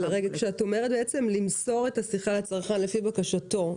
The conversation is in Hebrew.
כשאת אומרת למסור את השיחה לצרכן לפי בקשתו,